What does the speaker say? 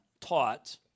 taught